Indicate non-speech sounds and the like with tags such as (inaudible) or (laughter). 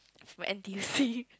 from n_t_u_c (laughs)